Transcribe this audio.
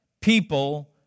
people